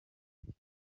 gihe